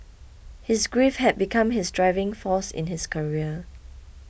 his grief had become his driving force in his career